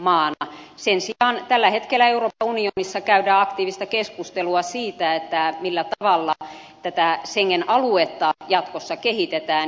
sen sijaan tällä hetkellä euroopan unionissa käydään aktiivista keskustelua siitä millä tavalla tätä schengen aluetta jatkossa kehitetään